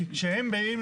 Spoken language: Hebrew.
כי כשהם באים,